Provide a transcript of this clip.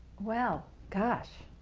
well, gosh,